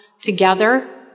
together